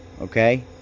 Okay